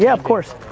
yeah of course.